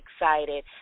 excited